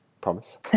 promise